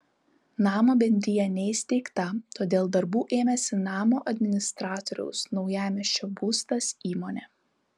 namo bendrija neįsteigta todėl darbų ėmėsi namo administratoriaus naujamiesčio būstas įmonė